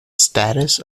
status